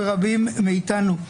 ברבים מאיתנו.